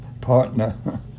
partner